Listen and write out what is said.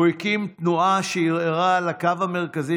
הוא הקים תנועה שערערה על הקו המרכזי